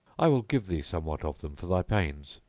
i will give thee somewhat of them for thy pains.